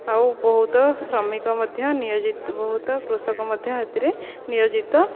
ଆଉ ବହୁତ ଶ୍ରମିକ ମଧ୍ୟ ନିୟୋଜିତ ବହୁତ କୃଷକ ମଧ୍ୟ ଏଥିରେ ନିୟୋଜିତ